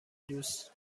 دوست